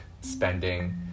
spending